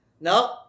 No